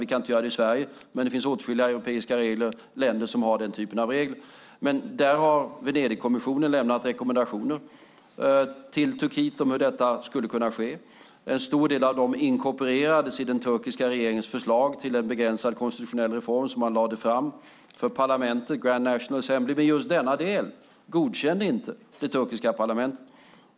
Vi kan inte göra detta i Sverige, men det finns åtskilliga länder som har den typen av regler. Men där har Venedigkommissionen lämnat rekommendationer till Turkiet om hur detta skulle kunna ske. En stor del av dem inkorporerades i den turkiska regeringens förslag till en begränsad konstitutionell reform som man lade fram för parlamentet, Grand National Assembly. Men just denna del godkände inte det turkiska parlamentet.